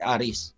Aris